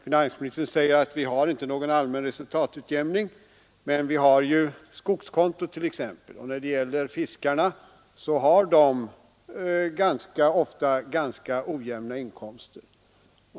Finansministern säger att vi inte har någon allmän resultatutjämning; men vi har t.ex. skogskontot, och fiskarna har ganska ofta ojämna inkomster.